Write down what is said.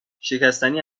شکستنی